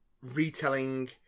retelling